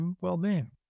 well-being